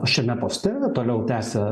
šiame poste toliau tęsia